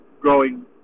growing